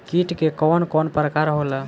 कीट के कवन कवन प्रकार होला?